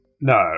No